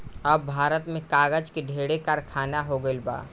अब भारत में कागज के ढेरे कारखाना हो गइल बा